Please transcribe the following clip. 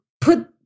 put